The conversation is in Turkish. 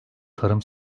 tarım